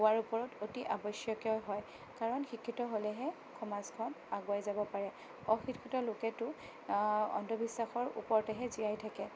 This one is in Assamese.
হোৱাৰ ওপৰত অতি আৱশ্যকীয় হয় কাৰণ শিক্ষিত হ'লেহে সমাজখন আগুৱাই যাব পাৰে অশিক্ষিত লোকেতো অন্ধবিশ্বাসৰ ওপৰতেহে জীয়াই থাকে